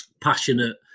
passionate